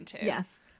yes